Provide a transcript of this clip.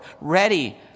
ready